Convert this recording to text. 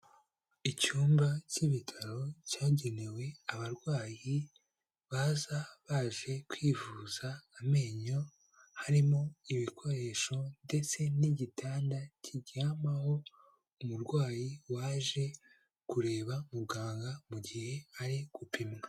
Icyumba cy'ibitaro cyagenewe abarwayi baza baje kwivuza amenyo, harimo ibikoresho ndetse n'igitanda kijyamaho umurwayi waje kureba muganga mu gihe ari gupimwa.